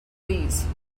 fleas